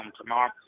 tomorrow